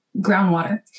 groundwater